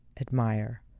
admire